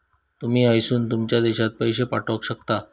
तुमी हयसून तुमच्या देशात पैशे पाठवक शकता